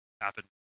happen